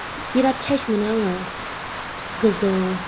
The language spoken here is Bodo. बिरात सायस मोनो आङो गोजौ